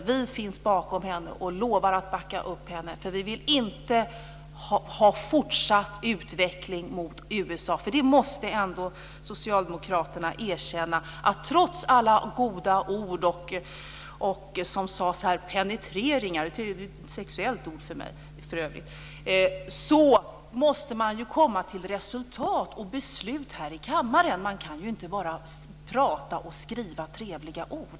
Vi finns bakom henne och lovar att backa upp henne. Vi vill nämligen inte ha en fortsatt utveckling mot USA. Socialdemokraterna måste ändå erkänna att trots alla goda ord och, som sades här, penetreringar, vilket för övrigt är ett sexuellt ord för mig, så måste man ju komma till resultat och beslut här i kammaren. Man kan ju inte bara prata och skriva trevliga ord.